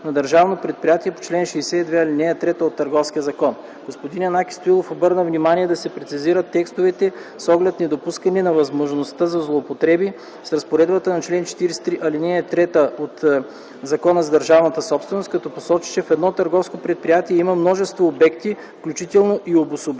на държавно предприятие по чл. 62, ал. 3 от Търговския закон. Господин Янаки Стоилов обърна внимание да се прецизират текстовете с оглед недопускане на възможността за злоупотреби с разпоредбата на чл. 43, ал. 4 от Закона за държавната собственост, като посочи, че в едно търговско предприятие има множество обекти, включително обособени,